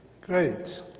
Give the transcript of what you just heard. Great